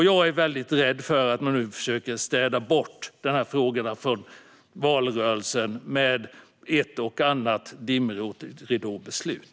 Jag är väldigt rädd för att man nu försöker städa bort dem från valrörelsen med ett och annat dimridåbeslut.